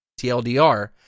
TLDR